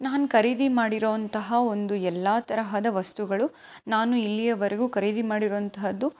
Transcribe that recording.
ನಾನು ಖರೀದಿ ಮಾಡಿರೋಂತಹ ಒಂದು ಎಲ್ಲ ತರಹದ ವಸ್ತುಗಳು ನಾನು ಇಲ್ಲಿಯವರೆಗೂ ಖರೀದಿ ಮಾಡಿರೋಂತಹದ್ದು